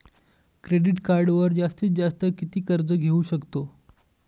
Credit कार्डवर जास्तीत जास्त किती कर्ज घेऊ शकतो?